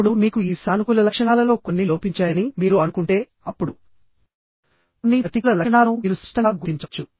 ఇప్పుడు మీకు ఈ సానుకూల లక్షణాలలో కొన్ని లోపించాయని మీరు అనుకుంటే అప్పుడు కొన్ని ప్రతికూల లక్షణాలను మీరు స్పష్టంగా గుర్తించవచ్చు